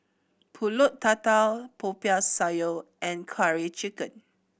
Pulut Tatal Popiah Sayur and Curry Chicken